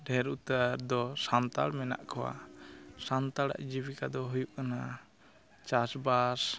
ᱰᱷᱮᱨ ᱩᱛᱟᱹᱨ ᱫᱚ ᱥᱟᱱᱛᱟᱲ ᱢᱮᱱᱟᱜ ᱠᱚᱣᱟ ᱥᱟᱱᱛᱟᱲᱟᱜ ᱡᱤᱵᱤᱚᱠᱟ ᱫᱚ ᱦᱩᱭᱩᱜ ᱠᱟᱱᱟ ᱪᱟᱥᱼᱵᱟᱥ